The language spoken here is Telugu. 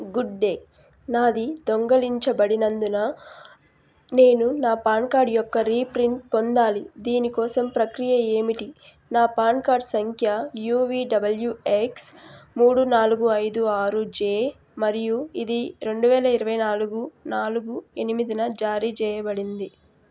గుడ్ డే నాది దొంగిలించబడినందున నేను నా పాన్ కార్డ్ యొక్క రీప్రింట్ పొందాలి దీని కోసం ప్రక్రియ ఏమిటి నా పాన్ కార్డ్ సంఖ్య యువిడబ్ల్యూఎక్స్ మూడు నాలుగు ఐదు ఆరు జే మరియు ఇది రెండు వేల ఇరవై నాలుగు నాలుగు ఎనిమిదిన జారీ చెయ్యబడింది